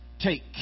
take